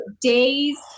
days